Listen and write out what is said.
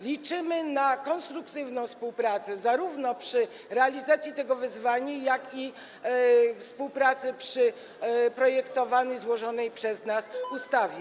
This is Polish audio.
Liczymy na konstruktywną współpracę zarówno przy realizacji tego wyzwania, jak i współpracę przy projektowanej, złożonej przez nas ustawie.